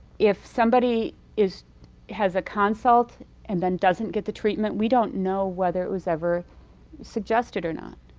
if somebody is has a consult and then doesn't get the treatment, we don't know whether it was ever suggested or not.